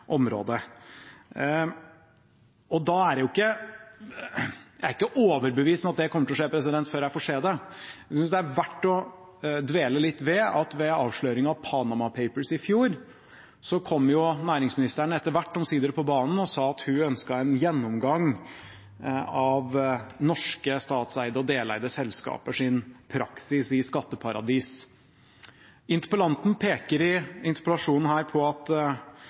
kommer til å skje, før jeg får se det. Jeg synes det er verdt å dvele litt ved at ved avsløringen av Panama Papers i fjor, kom næringsministeren etter hvert omsider på banen og sa at hun ønsket en gjennomgang av norske statseide og deleide selskapers praksis i skatteparadis. Interpellanten peker i interpellasjonen på at